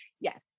yes